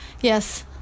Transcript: Yes